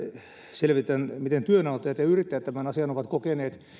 selvitetään miten työnantajat ja yrittäjät tämän asian ovat kokeneet